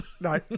no